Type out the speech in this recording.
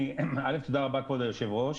א' תודה רבה, כבוד היושב-ראש.